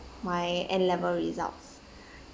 my N level results